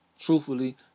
Truthfully